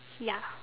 ya